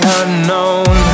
unknown